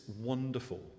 wonderful